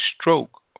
stroke